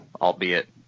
Albeit